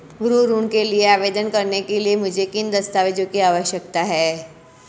गृह ऋण के लिए आवेदन करने के लिए मुझे किन दस्तावेज़ों की आवश्यकता है?